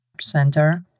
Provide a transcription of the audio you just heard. Center